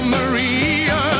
Maria